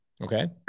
Okay